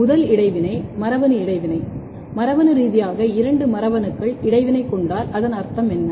முதல் இடைவினை மரபணு இடைவினை மரபணு ரீதியாக இரண்டு மரபணுக்கள் இடைவினை கொண்டால் அதன் அர்த்தம் என்ன